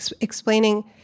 explaining